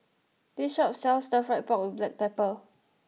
this shop sells Stir Fried Pork with Black Pepper